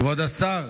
כבוד השר,